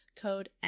code